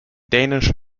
danish